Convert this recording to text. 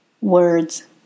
Words